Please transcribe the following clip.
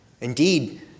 Indeed